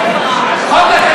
בין המצרים,